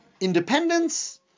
independence